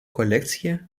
kolekcija